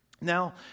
Now